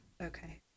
Okay